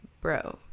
Bro